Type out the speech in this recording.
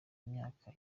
imyaka